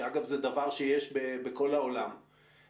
שאגב זה דבר שיש בכל העולם,